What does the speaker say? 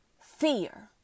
Fear